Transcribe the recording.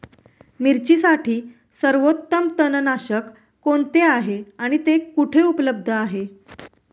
मिरचीसाठी सर्वोत्तम तणनाशक कोणते आहे आणि ते कुठे उपलब्ध आहे?